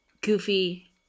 goofy